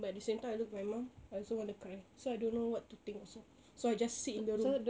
but at the same time I look at my mum I also want to cry so I don't know what to think also so I just sit in the room